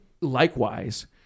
likewise